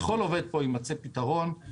לכל עובד יימצא פתרון.